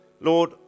Lord